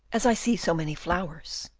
as i see so many flowers.